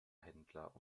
händler